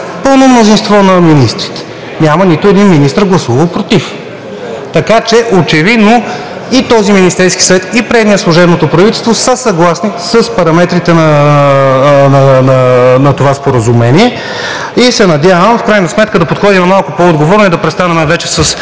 пълно мнозинство на министрите. Няма нито един министър гласувал „против“, така че очевидно и този Министерски съвет, и предният в служебното правителство са съгласни с параметрите на това споразумение. Надявам се да подходим малко по-отговорно и да престанем вече с